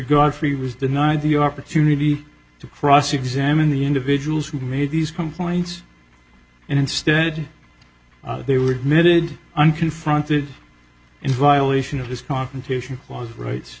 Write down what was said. godfrey was denied the opportunity to cross examine the individuals who made these complaints and instead they were admitted unconfronted in violation of this confrontation clause rights